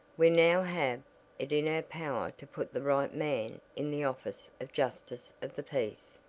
we now have it in our power to put the right man in the office of justice of the peace.